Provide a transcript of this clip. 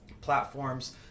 platforms